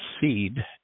seed